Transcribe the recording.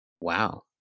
Wow